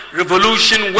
revolution